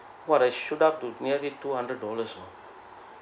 !wah! it shoot up to nearly two hundred dollars orh